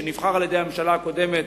שנבחר על-ידי הממשלה הקודמת,